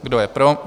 Kdo je pro?